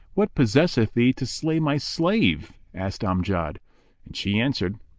what possesseth thee to slay my slave? asked amjad and she answered,